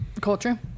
culture